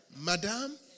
Madam